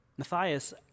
Matthias